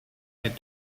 had